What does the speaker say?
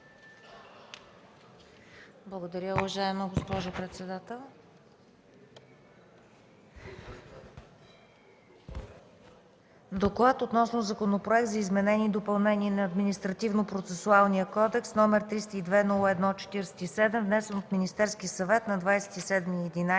Благодаря, уважаема госпожо председател. „ДОКЛАД относно Законопроект за изменение и допълнение на Административнопроцесуалния кодекс, № 302-01-47, внесен от Министерския съвет на 27